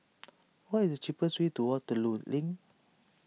what is the cheapest way to Waterloo Link